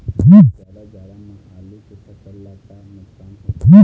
जादा जाड़ा म आलू के फसल ला का नुकसान होथे?